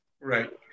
Right